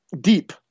deep